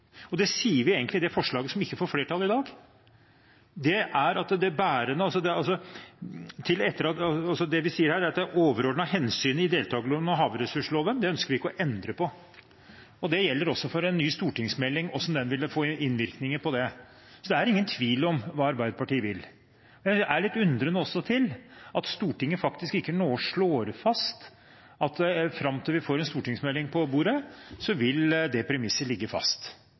vi egentlig sier i det forslaget som ikke får flertall i dag, er at de overordnede hensyn i deltakerloven og havressursloven ønsker vi ikke å endre på. Det gjelder også for hvordan en ny stortingsmelding ville få innvirkning på det. Så det er ingen tvil om hva Arbeiderpartiet vil. Men jeg er også litt undrende til at Stortinget nå ikke faktisk slår fast at fram til vi får en stortingsmelding på bordet, vil det premisset ligge fast.